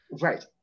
right